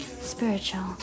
spiritual